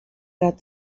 got